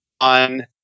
on